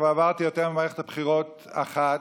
וכבר עברתי יותר ממערכת בחירות אחת,